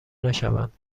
نشوند